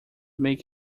make